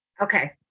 Okay